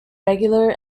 regular